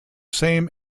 same